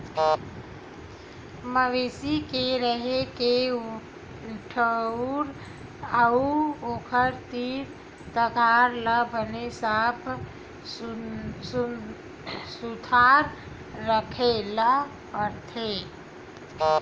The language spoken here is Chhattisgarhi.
मवेशी के रेहे के ठउर अउ ओखर तीर तखार ल बने साफ सुथरा राखे ल परथे